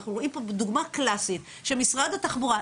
אנחנו רואים דוגמה קלאסית שמשרד התחבורה,